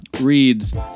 reads